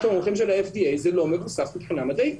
המומחים של ה-FDA זה לא מבוסס מבחינה מדעית.